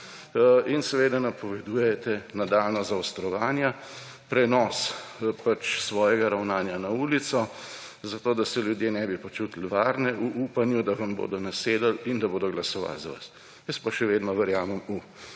In seveda napovedujete nadaljnja zaostrovanja, prenos svojega ravnanja na ulico, zato da se ljudje ne bi počutili varne, v upanju, da vam bodo nasedali in da bodo glasovali za vas. Jaz pa še vedno verjamem v